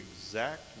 exact